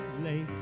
late